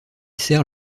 sert